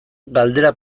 galdera